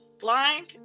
blind